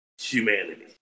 humanity